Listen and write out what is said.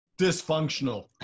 Dysfunctional